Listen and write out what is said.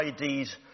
IDs